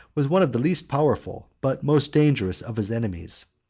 was one of the least powerful, but most dangerous, of his enemies.